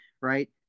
right